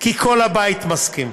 כי כל הבית מסכים,